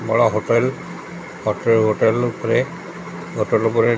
ବଳ hotel hotel hotel ଉପରେ hotel ଉପରେ